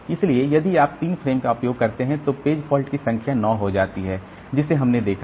इसलिए यदि आप 3 फ़्रेमों का उपयोग करते हैं तो पेज फॉल्ट की यह संख्या 9 हो जाती है जिसे हमने देखा है